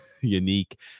unique